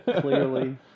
clearly